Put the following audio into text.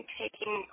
taking